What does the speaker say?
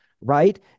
right